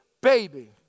Baby